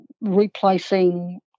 replacing